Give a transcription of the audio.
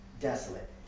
desolate